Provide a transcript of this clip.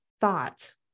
thought